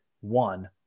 one